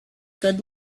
good